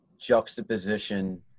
juxtaposition